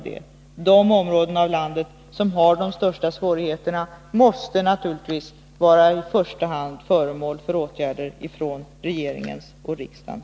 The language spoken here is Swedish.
De områden i landet som har de största svårigheterna måste naturligtvis i första hand bli föremål för åtgärder från riksdagen och regeringen.